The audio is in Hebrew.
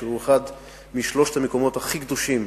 שהוא אחד משלושת המקומות הכי קדושים